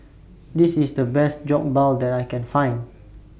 This IS The Best Jokbal that I Can Find